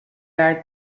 are